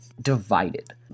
divided